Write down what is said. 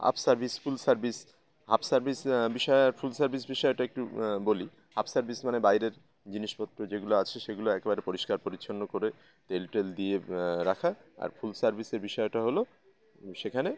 half service full service half service বিষয় full service বিষয়টা একটু বলি হাফ সার্ভিস মানে বাইরের জিনিসপত্র যেগুলো আছে সেগুলো একেবারে পরিষ্কার পরিচ্ছন্ন করে তেলটেল দিয়ে রাখা আর ফুল সার্ভিসের বিষয়টা হল সেখানে